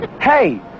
hey